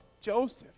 Joseph